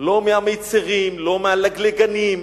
לא מהמצֵרים, לא מהלגלגנים,